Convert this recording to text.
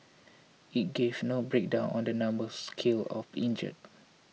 it gave no breakdown on the numbers killed or injured